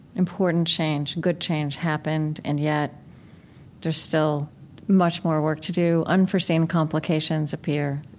important change, good change happened, and yet there's still much more work to do. unforeseen complications appear,